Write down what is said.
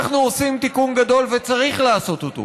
אנחנו עושים תיקון גדול, וצריך לעשות אותו,